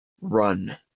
Run